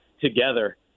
together